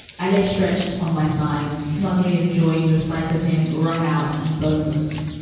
i lay stretched on my side, smugly enjoying the sight of him, wrung out and boundless.